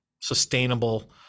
sustainable